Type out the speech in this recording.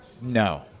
no